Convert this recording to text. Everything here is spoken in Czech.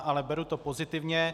Ale beru to pozitivně.